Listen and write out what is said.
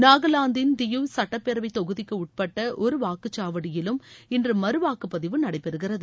நாகாலாந்தின் தியூய் சட்டப்பேரவை தொகுதிக்கு உட்பட்ட ஒரு வாக்குச் சாவடியிலும் இன்று மறுவாக்குப் பதிவு நடைபெறுகிறது